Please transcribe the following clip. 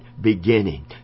beginning